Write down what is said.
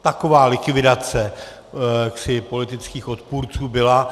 Taková likvidace politických odpůrců byla.